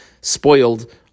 spoiled